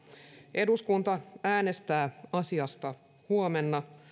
eduskunta äänestää asiasta huomenna